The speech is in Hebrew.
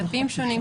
דפים שונים,